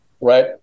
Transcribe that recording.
right